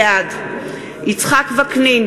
בעד יצחק וקנין,